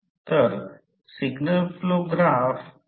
तर H म्हणजे current वाढवणे म्हणजे हा o g b पाथचा अवलंब करेल